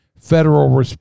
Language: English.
federal